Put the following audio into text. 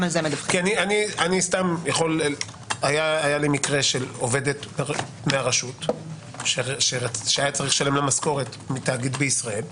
היה לי מקרה של עובדת מהרשות שהיה צריך לשלם לה משכורת מתאגיד בישראל,